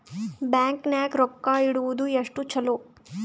Bank ನಾಗ ರೊಕ್ಕ ಇಡುವುದು ಎಷ್ಟು ಚಲೋ?